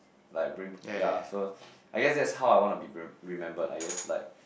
like bring ya so I guess that's how I want to be re~ remembered I guess like